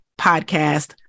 podcast